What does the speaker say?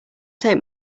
take